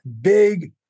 big